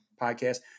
podcast